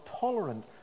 tolerant